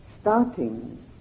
starting